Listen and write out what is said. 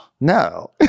no